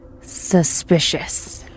Suspicious